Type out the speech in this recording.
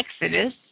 Exodus